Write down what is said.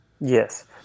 Yes